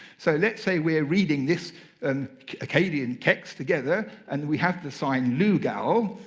so let's say we're reading this and akkadian text together, and we have the sign lugal,